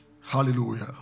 Hallelujah